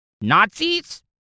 Nazis